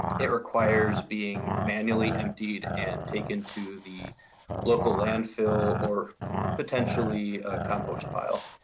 it requires being manually emptied and taken to the local landfill or potentially compost pile.